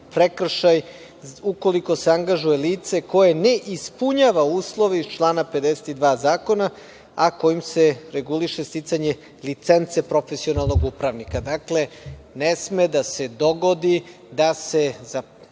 prekršaj ukoliko se angažuje lice koje ne ispunjava uslove iz člana 52. zakona, a kojim se reguliše sticanje licence profesionalnog upravnika. Dakle, ne sme da se dogodi da se za tzv.